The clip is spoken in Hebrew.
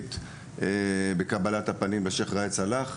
המנכ"לית בקבלת הפנים של השיח' ראאד סלאח,